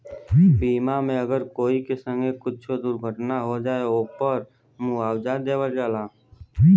बीमा मे अगर कोई के संगे कुच्छो दुर्घटना हो जाए, ओपर मुआवजा देवल जाला